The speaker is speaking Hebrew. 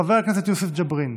חבר הכנסת יוסף ג'בארין,